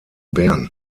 bern